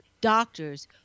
doctors